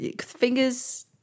fingers